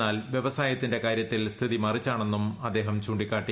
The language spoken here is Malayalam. എന്നാൽ വ്യവസായത്തിന്റെ കാര്യത്തിൽ സ്ഥിതി മറിച്ചാണെന്നും അദ്ദേഹം ചൂണ്ടിക്കാട്ടി